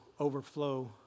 overflow